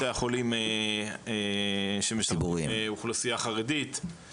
בתי החולים שמשרתים אוכלוסייה חרדית,